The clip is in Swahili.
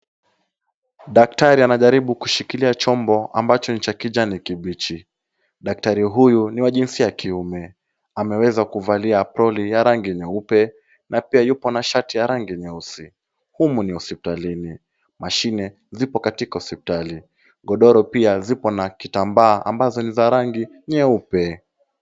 Daktari anajaribu kushikilia chombo ambacho ni cha kijani kibichi. Daktari huyu ni wa jinsia ya kiume. Ameweza kuvalia aproni ya rangi nyeupe na pia yuko na shati ya rangi nyeusi. Humu ni hospitalini. Mashine zipo katika hospitali. Godoro pia zipo na kitambaa ambazo ni za rangi nyeupe.